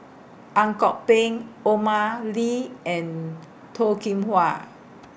Ang Kok Peng Omar Lee and Toh Kim Hwa